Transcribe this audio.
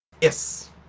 yes